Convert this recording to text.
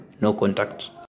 no-contact